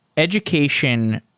education